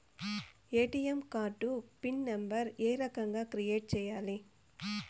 ATM card PIN number ఏ రకంగా create సేయాలి